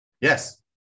yes